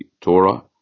torah